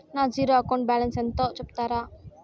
నా zero account balance ఎంతో సెప్తారా?